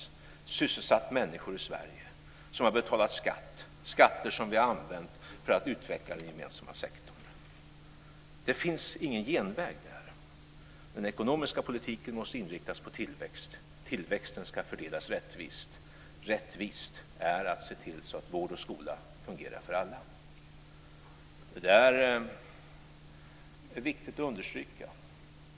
Det har sysselsatt människor i Sverige. De har betalat skatt. Det är skatter som vi har använt för att utveckla den gemensamma sektorn. Det finns ingen genväg där. Den ekonomiska politiken måste inriktas på tillväxt. Tillväxten ska fördelas rättvist. Det är rättvist att se till att vård och skola fungerar för alla. Det är viktigt att understryka.